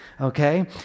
okay